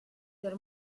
del